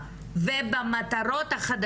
כי במצב של קטינות בהחלט יכול להיווצר